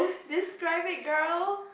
describe it girl